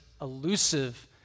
elusive